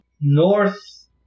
north